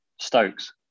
Stokes